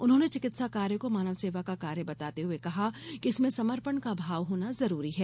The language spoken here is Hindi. उन्होंने चिकित्सा कार्य को मानव सेवा का कार्य बताते हए कहा कि इसमें समर्पण का भाव होना जरूरी है